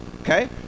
Okay